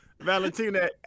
valentina